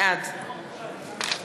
בעד